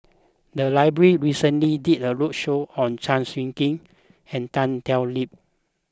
the library recently did a roadshow on Chew Swee Kee and Tan Thoon Lip